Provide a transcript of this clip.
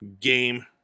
game